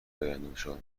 آینده